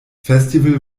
festival